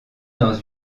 dans